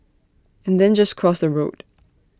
and then just cross the road